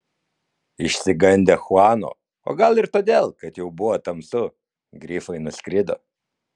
išsigandę chuano o gal ir todėl kad jau buvo tamsu grifai nuskrido